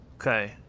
Okay